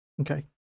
Okay